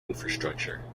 infrastructure